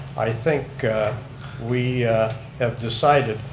i think we have decided,